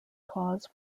cause